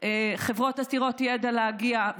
חברות עתירות ידע להגיע,